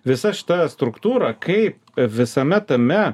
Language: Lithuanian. visa šita struktūra kaip visame tame